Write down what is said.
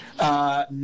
No